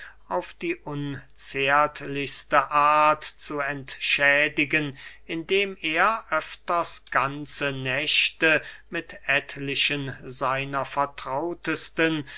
auf die unzärtlichste art zu entschädigen indem er öfters ganze nächte mit etlichen seiner vertrautesten